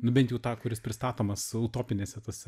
nu bent jau tą kuris pristatomas utopinėse tose